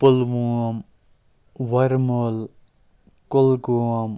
Pulwama Varmul Kulgam